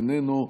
איננו,